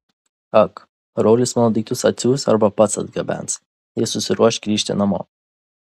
ak raulis mano daiktus atsiųs arba pats atgabens jei susiruoš grįžti namo